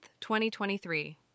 2023